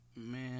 Man